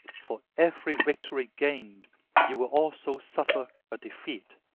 for every victory gained you will also suffer a defeat.